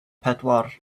pedwar